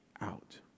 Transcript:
out